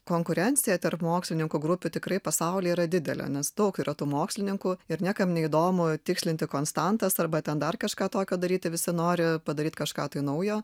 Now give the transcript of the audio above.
konkurencija tarp mokslininkų grupių tikrai pasaulyje yra didelė nes daug yra tų mokslininkų ir niekam neįdomu tikslinti konstantas arba ten dar kažką tokio daryti visi nori padaryt kažką naujo